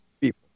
people